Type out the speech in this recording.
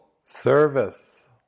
Service